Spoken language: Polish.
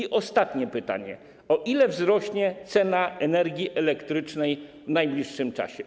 I ostatnie pytanie: O ile wzrośnie cena energii elektrycznej w najbliższym czasie?